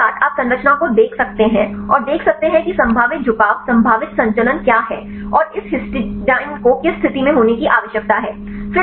ligands के साथ आप संरचना को देख सकते हैं और देख सकते हैं कि संभावित झुकाव संभावित संचलन क्या हैं और इस हिस्टिडाइन को किस स्थिति में होने की संभावना है